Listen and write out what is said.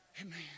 Amen